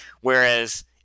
Whereas